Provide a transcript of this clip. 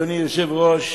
אדוני היושב-ראש,